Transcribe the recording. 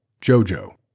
Jojo